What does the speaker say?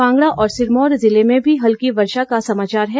कांगड़ा और सिरमौर जिलों में भी हल्की बर्षा का समाचार है